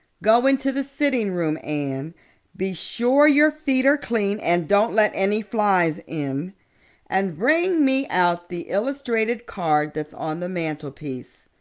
go into the sitting room, anne be sure your feet are clean and don't let any flies in and bring me out the illustrated card that's on the mantelpiece.